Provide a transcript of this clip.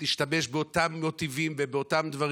להשתמש באותם מוטיבים ובאותם דברים.